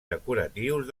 decoratius